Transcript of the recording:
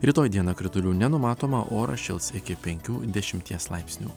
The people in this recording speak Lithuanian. rytoj dieną kritulių nenumatoma oras šils iki penkių dešimties laipsnių